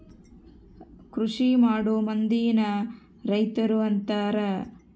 ಕೃಷಿಮಾಡೊ ಮಂದಿನ ರೈತರು ಅಂತಾರ